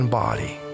body